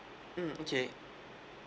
mm okay